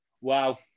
Wow